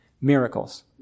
miracles